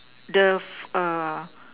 the